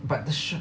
but the sh~